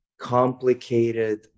complicated